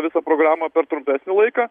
visą programą per trumpesnį laiką